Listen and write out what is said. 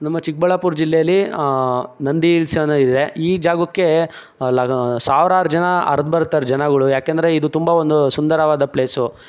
ನಮ್ಮ ಚಿಕ್ಕಬಳ್ಳಾಪುರ ಜಿಲ್ಲೆಲಿ ನಂದಿ ಇಲ್ಸನೂ ಇದೆ ಈ ಜಾಗಕ್ಕೆ ಲಗ ಸಾವಿರಾರು ಜನ ಹರಿದು ಬರ್ತಾರೆ ಜನಗಳು ಯಾಕೆಂದರೆ ಇದು ತುಂಬ ಒಂದು ಸುಂದರವಾದ ಪ್ಲೇಸು